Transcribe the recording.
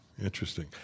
interesting